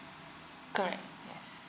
correct yes